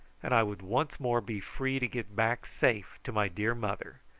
and i would once more be free to get back safe to my dear mother.